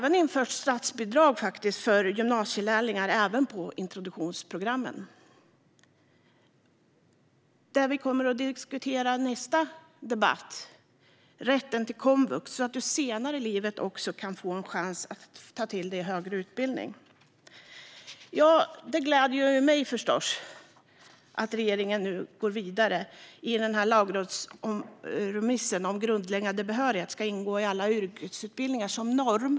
Ett statsbidrag införs för gymnasielärlingar även på introduktionsprogrammen. I nästa debatt kommer vi att diskutera rätten till komvux, så att man senare i livet kan få en chans att ta sig in på högre utbildning. Det gläder mig förstås att regeringen nu går vidare med lagrådsremissen om grundläggande behörighet ska ingå i alla yrkesutbildningar som norm.